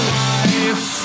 life